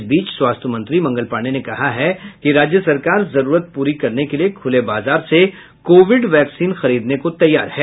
इस बीच स्वास्थ्य मंत्री मंगल पांडेय ने कहा है कि राज्य सरकार जरूरत पूरी करने के लिए खुले बाजार से कोविड वैक्सीन खरीदने को तैयार है